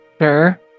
Sure